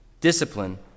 discipline